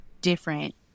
different